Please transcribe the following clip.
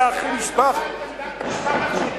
עמדת משפחת שליט בעסקה?